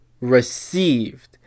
received